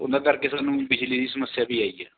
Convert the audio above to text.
ਉਹਨਾਂ ਕਰਕੇ ਸਾਨੂੰ ਬਿਜਲੀ ਦੀ ਸਮੱਸਿਆ ਵੀ ਆਈ ਹੈ